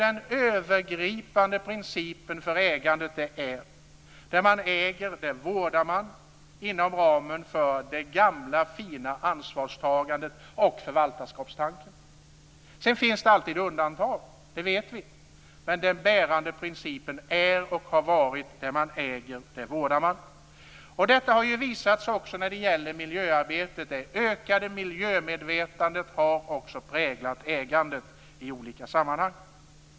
Den övergripande principen för ägande är: Det som man äger, det vårdar man inom ramen för det gamla fina ansvarstagandet och den gamla förvaltarskapstanken. Sedan finns det alltid undantag, det vet vi, men den bärande principen är och har varit att det som man äger det vårdar man. Detta har visat sig också när det gäller miljöarbete. Det ökande miljömedvetandet har också präglat ägandet.